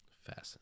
Fascinating